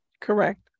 correct